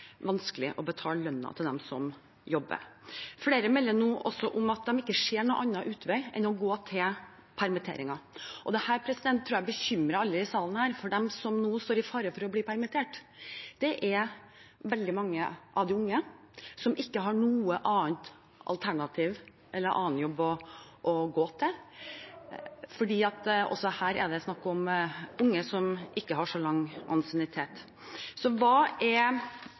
vanskelig å betale lønn til dem som jobber. Flere melder nå også om at de ikke ser noen annen utvei enn å gå til permitteringer. Dette tror jeg bekymrer alle i salen her, for de som nå står i fare for å bli permittert, er veldig mange unge som ikke har noe annet alternativ eller annen jobb å gå til. Her er det snakk om unge som ikke har så lang ansiennitet. Så hva er